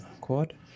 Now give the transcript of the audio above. Quad